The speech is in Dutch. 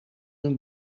hun